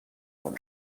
کنم